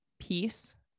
peace